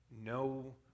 No